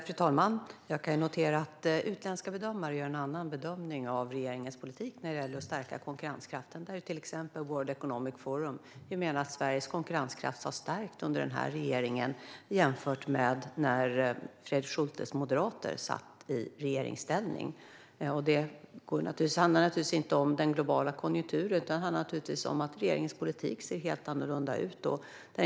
Fru talman! Jag kan notera att utländska bedömare gör en annan bedömning av regeringens politik när det gäller att stärka konkurrenskraften. World Economic Forum menar till exempel att Sveriges konkurrenskraft har stärkts under den här regeringen jämfört med när Fredrik Schultes moderater satt i regeringsställning. Det handlar inte om den globala konjunkturen, utan det handlar naturligtvis om att regeringens politik ser helt annorlunda ut.